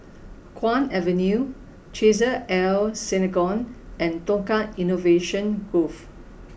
Kwong Avenue Chesed El Synagogue and Tukang Innovation Grove